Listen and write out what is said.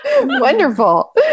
Wonderful